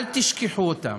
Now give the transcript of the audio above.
אל תשכחו אותם.